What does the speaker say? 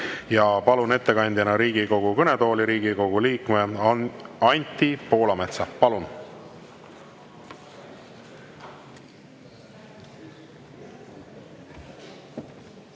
Palun ettekandeks Riigikogu kõnetooli Riigikogu liikme Anti Poolametsa. Palun!